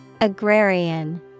Agrarian